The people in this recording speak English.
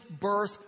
birth